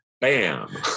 Bam